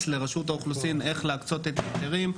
לרשות האוכלוסין איך להקצות את ההיתרים,